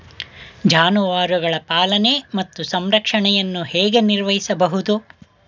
ಜಾನುವಾರುಗಳ ಪಾಲನೆ ಮತ್ತು ಸಂರಕ್ಷಣೆಯನ್ನು ಹೇಗೆ ನಿರ್ವಹಿಸಬಹುದು?